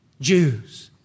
Jews